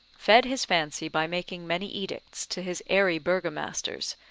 fed his fancy by making many edicts to his airy burgomasters,